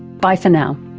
bye for now